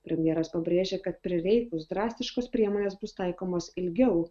premjeras pabrėžė kad prireikus drastiškos priemonės bus taikomos ilgiau